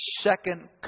second